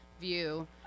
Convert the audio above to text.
view